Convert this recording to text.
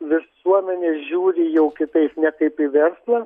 visuomenė žiūri jau kitaip ne kaip į verslą